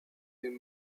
den